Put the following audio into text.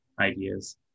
ideas